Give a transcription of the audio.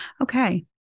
okay